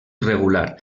irregular